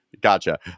Gotcha